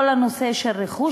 כל הנושא של רכוש